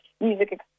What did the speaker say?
music